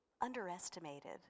underestimated